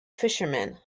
fisherman